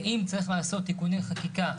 ואם צריך לעשות תיקוני חקיקה,